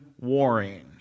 warring